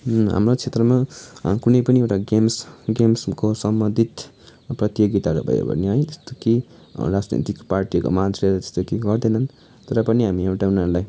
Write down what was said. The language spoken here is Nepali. हाम्रो क्षेत्रमा कुनै पनि एउटा गेम्स गेम्सको सम्बन्धित प्रतियोगिताहरू भयो भने है त्यस्तो केही राजनैतिक पार्टीहरूको मान्छेले केही गर्दैनन् तर पनि हामी एउटा उनीहरूलाई